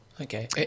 Okay